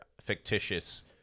fictitious